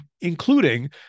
including-